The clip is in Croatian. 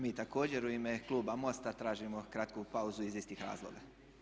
Mi također u ime kluba MOST-a tražimo kratku pauzu iz istih razloga.